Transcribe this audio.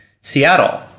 Seattle